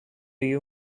you